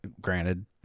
Granted